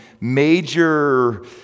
major